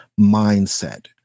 mindset